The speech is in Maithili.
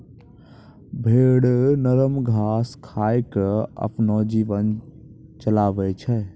भेड़ नरम घास खाय क आपनो जीवन चलाबै छै